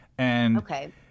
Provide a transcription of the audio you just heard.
Okay